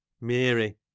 Mary